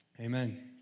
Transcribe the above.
Amen